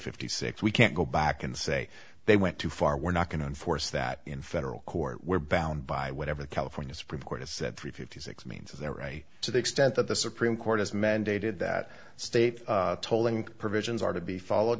fifty six we can't go back and say they went too far we're not going to enforce that in federal court we're bound by whatever the california supreme court has said three fifty six means their right to the extent that the supreme court has mandated that state tolling provisions are to be followed